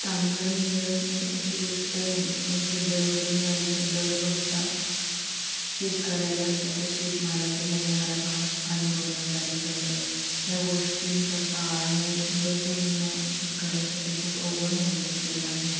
कामगार मिळत नाही अशी गोष्ट नाही पण सध्या रोजंदारीचा दर बघता शेतकऱ्याला त्याच्या शेतमालाचा मिळणारा भाव आणि रोजंदारीचा दर ह्या गोष्टींचा ताळमेळ बसवणं शेतकऱ्यासाठी खूप अवघड होऊन बसलेलं आहे